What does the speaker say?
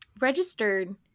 registered